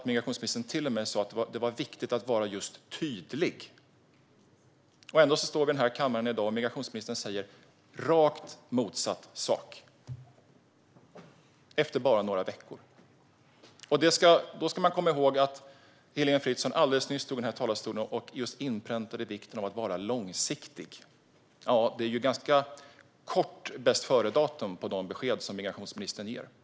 Migrationsministern sa till och med att det var viktigt att vara just tydlig. Ändå får vi i den här kammaren i dag höra migrationsministern säga rakt motsatt sak, efter bara några veckor. Då ska man komma ihåg att Heléne Fritzon alldeles nyss stod i talarstolen och inpräntade vikten av att vara långsiktig. Det är ganska kort bästföredatum på de besked som migrationsministern ger.